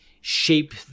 shape